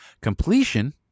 Completion